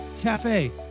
Cafe